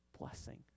blessing